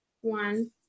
one